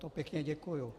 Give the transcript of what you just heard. To pěkně děkuju.